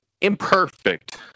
imperfect